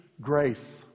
grace